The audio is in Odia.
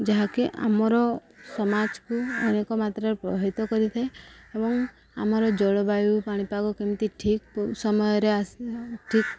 ଯାହାକି ଆମର ସମାଜକୁ ଅନେକ ମାତ୍ରାରେ ପ୍ରଭାବିତ କରିଥାଏ ଏବଂ ଆମର ଜଳବାୟୁ ପାଣିପାଗ କେମିତି ଠିକ୍ ସମୟରେ ଆସି ଠିକ୍